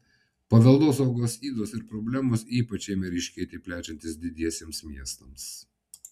paveldosaugos ydos ir problemos ypač ėmė ryškėti plečiantis didiesiems miestams